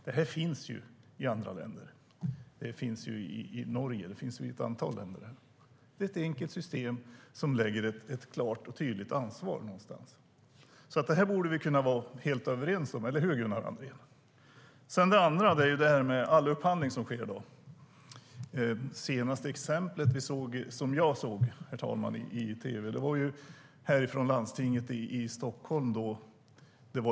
Det finns i Norge och ett antal andra länder. Det är ett enkelt system som lägger ett klart och tydligt ansvar någonstans. Det borde vi kunna vara helt överens om, eller hur Gunnar Andrén? Den andra frågan handlar om all upphandling som sker. Det senaste exemplet jag såg i tv var från landstinget här i Stockholm.